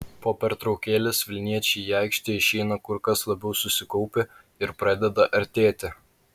po pertraukėlės vilniečiai į aikštę išeina kur kas labiau susikaupę ir pradeda artėti